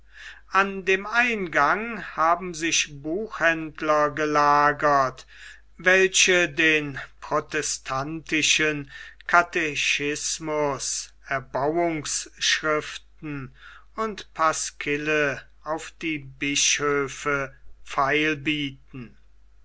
an dem eingang haben sich buchhändler gelagert welche den protestantischen katechismus erbauungsschriften und pasquille auf die bischöfe feil bieten